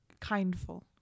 kindful